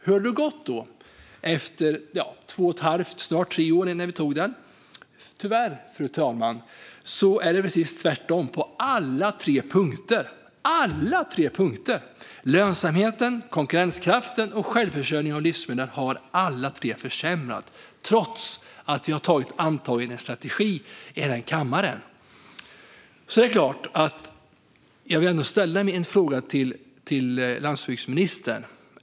Hur har det då gått, nu när det snart är tre år sedan vi antog livsmedelsstrategin? Tyvärr, fru talman, är det precis tvärtom på alla tre punkter. Lönsamheten, konkurrenskraften och självförsörjningen av livsmedel har alla tre försämrats, trots att vi har antagit en strategi i den här kammaren. Jag vill ställa en fråga till landsbygdsministern.